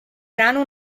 brano